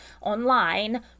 online